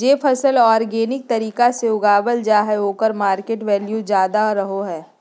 जे फसल ऑर्गेनिक तरीका से उगावल जा हइ ओकर मार्केट वैल्यूआ ज्यादा रहो हइ